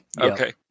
okay